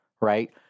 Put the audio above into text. right